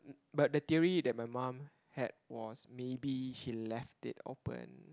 but the theory that my mom had was maybe he left it open